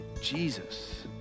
jesus